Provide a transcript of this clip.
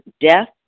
death